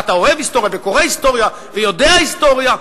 ואתה אוהב היסטוריה וקורא היסטוריה ויודע היסטוריה,